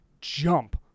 jump